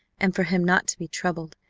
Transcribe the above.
and for him not to be troubled,